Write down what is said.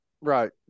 right